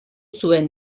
zuen